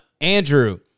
Andrew